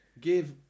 Give